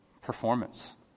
performance